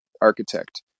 architect